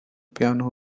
piano